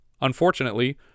Unfortunately